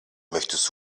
möchtest